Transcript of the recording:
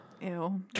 Ew